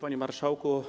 Panie Marszałku!